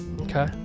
okay